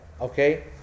Okay